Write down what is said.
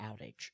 outage